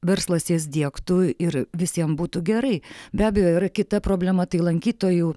verslas jas diegtų ir visiem būtų gerai be abejo yra kita problema tai lankytojų